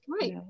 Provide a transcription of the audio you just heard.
Right